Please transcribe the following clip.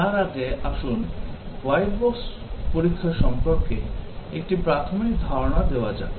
তার আগে আসুন হোয়াইট বক্স পরীক্ষা সম্পর্কে একটি প্রাথমিক ধারণা দেওয়া যাক